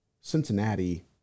Cincinnati